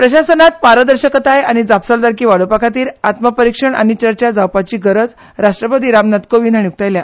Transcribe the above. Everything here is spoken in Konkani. प्रशासनांत पारदर्शकताय आनी जापसालदारकी वाडोवपा खातीर आत्मपरिक्षण आनी चर्चा जावपाची गरज राष्ट्रपती रामनाथ कोविंद हांणी उकतायल्या